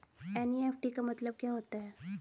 NEFT का मतलब क्या होता है?